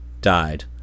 died